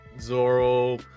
Zoro